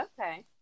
Okay